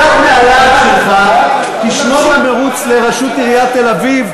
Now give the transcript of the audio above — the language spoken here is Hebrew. קצת מהלהט שלך תשמור למירוץ לראשות עיריית תל-אביב,